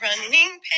running